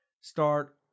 start